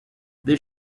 this